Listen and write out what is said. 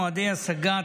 מועדי השגה,